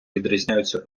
відрізняються